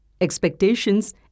expectations